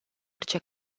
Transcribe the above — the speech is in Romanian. orice